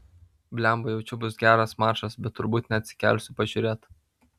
blemba jaučiu bus geras mačas bet turbūt neatsikelsiu pažiūrėt